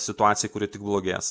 situacijai kuri tik blogės